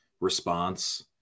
response